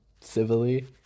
civilly